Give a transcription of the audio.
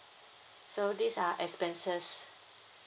so these are expenses